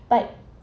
but